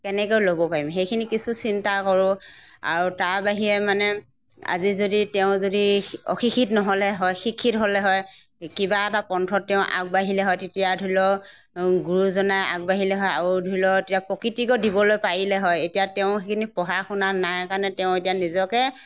কেনেকৈ ল'ব পাৰিম সেইখিনি কিছু চিন্তা কৰোঁ আৰু তাৰ বাহিৰে মানে আজি যদি তেওঁ যদি শি অশিক্ষিত নহ'লে হয় শিক্ষিত হ'লে হয় কিবা এটা পন্থত তেওঁ আগবাঢ়িলে হয় তেতিয়া ধৰি ল গুৰুজনাই আগবাঢ়িলে হয় আৰু ধৰি ল তেতিয়া প্ৰকৃতিকো দিবলৈ পাৰিলে হয় এতিয়া তেওঁ সেইখিনি পঢ়া শুনা নাই কাৰণে তেওঁ এতিয়া নিজকে